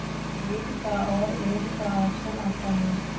delete का और add का ऑप्शन आता है